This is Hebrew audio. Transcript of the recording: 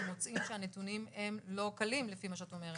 ואתם מוצאים שהנתונים הם לא קלים לפי מה שאת אומרת.